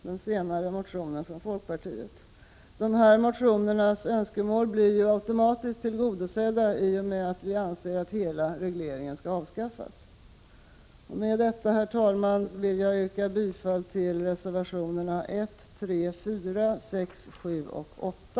Den senare motionen har folkpartiet väckt. Önskemålen i dessa motioner blir automatiskt tillgodosedda i och med att vi anser att hela regleringen skall avskaffas. Med detta, herr talman, yrkar jag bifall till reservationerna 1, 3, 4, 6, 7 och 8.